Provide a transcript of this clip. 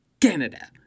Canada